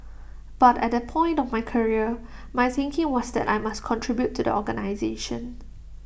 but at that point of my career my thinking was that I must contribute to the organisation